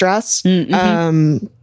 stress